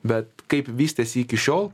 bet kaip vystėsi iki šiol